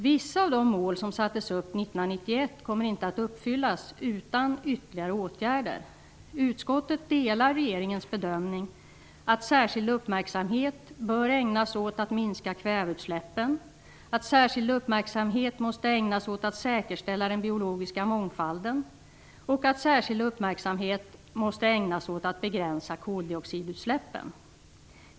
Vissa av de mål som sattes upp 1991 kommer inte att uppfyllas utan ytterligare åtgärder. Utskottet delar regeringens bedömning att särskild uppmärksamhet bör ägnas åt att minska kväveutsläppen, att särskild uppmärksamhet bör ägnas åt att säkerställa den biologiska mångfalden och att särskild uppmärksamhet bör ägnas åt att begränsa koldioxidutsläppen.